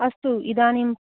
अस्तु इदानीं